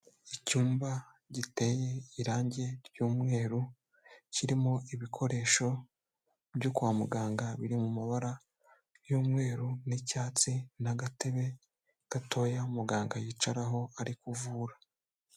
Icyumba giteye irangi ry'umweru kirimo ibikoresho byo kwa muganga biri m'amabara y'umweru n'icyatsi, n'agatebe gatoya muganga yicaraho ari kuvura.